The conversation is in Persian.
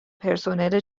پرسنل